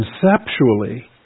conceptually